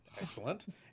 Excellent